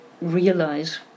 realize